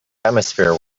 atmosphere